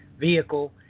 vehicle